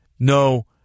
No